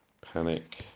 panic